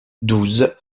douze